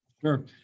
Sure